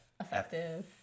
effective